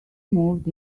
moved